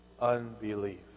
unbelief